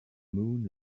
moon